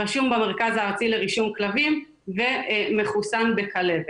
רשום במרכז הארצי לרישום כלבים ומחוסן בכלבת.